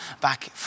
back